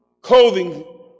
clothing